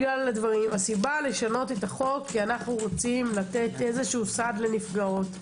אלא כי אנו רוצים לתת סעד לנפגעות,